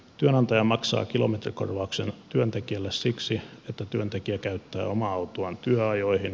työnantaja maksaa kilometrikorvauksen työntekijälle siksi että työntekijä käyttää omaa autoaan työajoihin